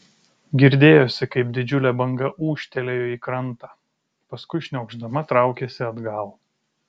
girdėjosi kaip didžiulė banga ūžtelėjo į krantą paskui šniokšdama traukėsi atgal